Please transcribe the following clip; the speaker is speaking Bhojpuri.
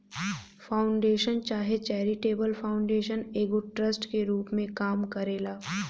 फाउंडेशन चाहे चैरिटेबल फाउंडेशन एगो ट्रस्ट के रूप में काम करेला